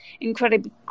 incredibly